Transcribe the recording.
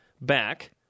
back